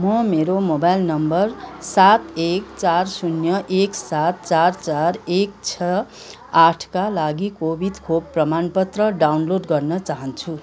म मेरो mobile number सात एक चार शून्य एक सात चार चार एक छ आठका लागि कोभिड खोप प्रमाणपत्र डाउनलोड गर्न चाहन्छु